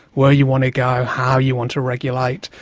where you want to go, how you want to regulate,